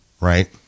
right